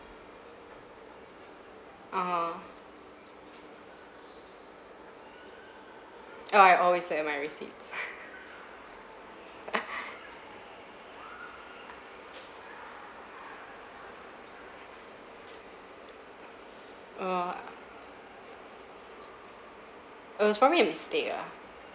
(uh huh) oh I always look at my receipts oh uh it was probably a mistake ah